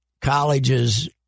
colleges